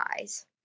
eyes